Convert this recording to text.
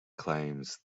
claims